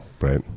Right